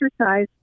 exercise